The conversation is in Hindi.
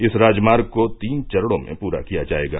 इस राजमार्ग को तीन चरणों में पूरा किया जाएगा